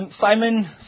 Simon